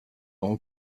rend